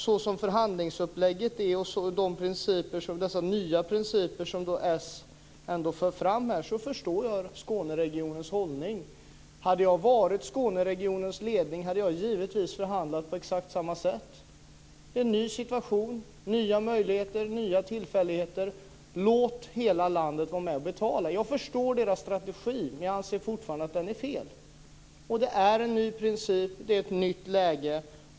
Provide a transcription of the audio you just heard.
Så som förhandlingsupplägget är och dessa nya principer som socialdemokraterna för fram förstår jag Skåneregionens hållning. Om jag varit i Skåneregionens ledning hade jag givetvis förhandlat på exakt samma sätt. Det är en ny situation, nya möjligheter och nya tillfälligheter. Låt hela landet vara med att betala. Jag förstår deras strategi, men jag anser fortfarande att den är fel. Det är en ny princip, och det är ett nytt läge.